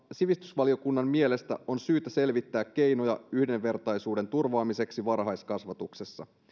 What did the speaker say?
sivistysvaliokunnan mielestä on syytä selvittää keinoja yhdenvertaisuuden turvaamiseksi varhaiskasvatuksessa